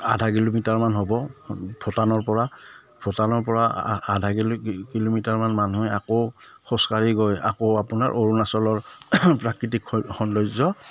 আধা কিলোমিটাৰমান হ'ব ভূটানৰ পৰা ভূটানৰ পৰা আধা কিলো কিলোমিটাৰমান মানুহে আকৌ খোজকাঢ়ি গৈ আকৌ আপোনাৰ অৰুণাচলৰ প্ৰাকৃতিক সৌন্দৰ্য